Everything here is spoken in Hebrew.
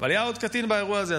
אבל היה עוד קטין באירוע הזה,